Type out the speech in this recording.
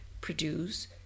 produce